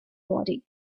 body